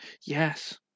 Yes